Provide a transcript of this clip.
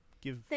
give